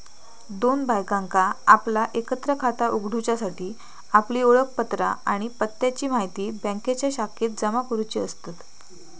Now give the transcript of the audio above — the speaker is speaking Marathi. दोन बायकांका आपला एकत्र खाता उघडूच्यासाठी आपली ओळखपत्रा आणि पत्त्याची म्हायती बँकेच्या शाखेत जमा करुची असतत